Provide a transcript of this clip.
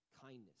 kindness